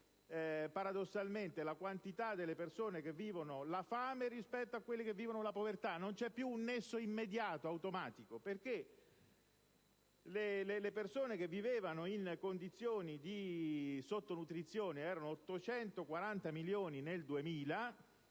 riferisco a quante persone vivono la fame rispetto a quelle che vivono la povertà. Non esiste più un nesso immediato, automatico, perché le persone che vivevano in condizioni di sottonutrizione erano 840 milioni nel 2000